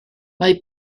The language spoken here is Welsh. mae